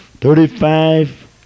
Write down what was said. thirty-five